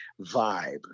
vibe